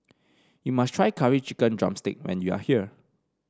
you must try Curry Chicken drumstick when you are here